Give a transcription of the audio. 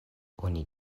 oni